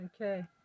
Okay